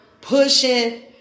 pushing